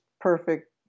perfect